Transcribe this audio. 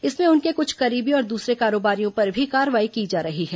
इसमें उनके कृछ करीबी और दूसरे कारोबारियों पर भी कार्रवाई की जा रही है